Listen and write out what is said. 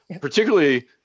particularly